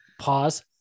pause